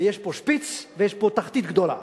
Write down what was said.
יש פה שפיץ ויש פה תחתית גדולה.